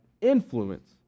influence